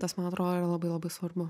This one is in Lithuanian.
tas man atrodo yra labai labai svarbu